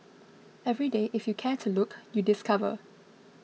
every day if you care to look you discover